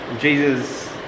Jesus